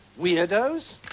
weirdos